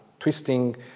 twisting